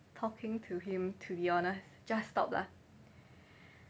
talking to him to be honest just stop lah